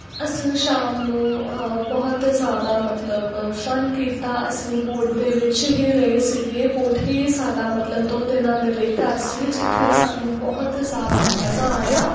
ਅਸੀਂ ਸ਼ਾਮ ਨੂੰ ਬਹੁਤ ਜ਼ਿਆਦਾ ਮਤਲਬ ਫਨ ਕੀਤਾ ਅਸੀਂ ਬੋਟ ਦੇ ਵਿੱਚ ਹੀ ਰਹੇ ਸੀਗੇ ਬੋਟ ਹੀ ਸਾਡਾ ਮਤਲਬ ਦੋ ਦਿਨਾਂ ਦੇ ਲਈ ਘਰ ਸੀ ਜਿੱਥੇ ਸਾਨੂੰ ਬਹੁਤ ਜ਼ਿਆਦਾ ਮਜ਼ਾ ਆਇਆ